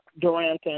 Durant